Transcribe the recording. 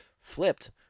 flipped